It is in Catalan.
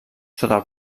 sota